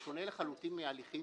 בשונה לחלוטין מההליכים